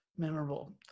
Memorable